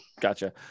Gotcha